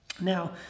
Now